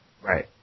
Right